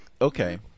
okay